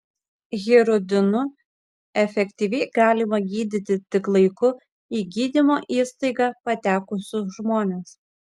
hirudinu efektyviai galima gydyti tik laiku į gydymo įstaigą patekusius žmones